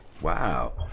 Wow